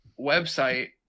website